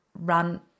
run